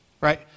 right